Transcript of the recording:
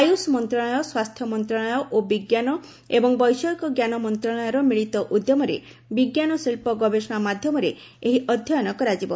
ଆୟୁଷ ମନ୍ତ୍ରଣାଳୟ ସ୍ପାସ୍ଥ୍ୟ ମନ୍ତ୍ରଣାଳୟ ଓ ବିଜ୍ଞାନ ଏବଂ ବୈଷୟିକ ଜ୍ଞାନ ମନ୍ତ୍ରଣାଳୟର ମିଳିତ ଉଦ୍ୟମରେ ବିଜ୍ଞାନ ଶିଳ୍ପ ଗବେଷଣା ମାଧ୍ୟମରେ ଏହି ଅଧ୍ୟୟନ କରାଯିବ